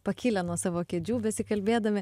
pakilę nuo savo kėdžių besikalbėdami